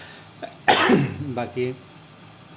বাকী